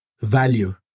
value